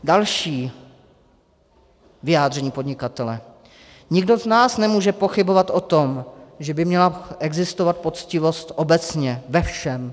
Další vyjádření podnikatele: Nikdo z nás nemůže pochybovat o tom, že by měla existovat poctivost obecně, ve všem.